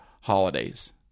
Holidays